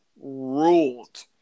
ruled